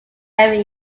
every